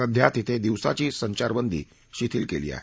सध्या तिथे दिवसाची संचारबंदी शिथील केली आहे